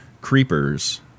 Creepers